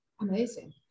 Amazing